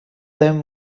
them